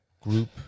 Group